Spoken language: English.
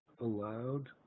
allowed